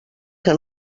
que